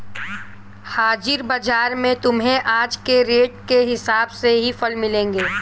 हाजिर बाजार में तुम्हें आज के रेट के हिसाब से ही फल मिलेंगे